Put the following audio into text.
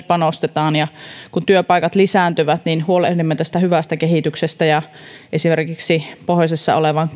panostetaan ja kun työpaikat lisääntyvät niin huolehdimme tästä hyvästä kehityksestä esimerkiksi pohjoisessa olevan